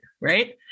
right